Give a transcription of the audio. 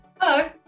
Hello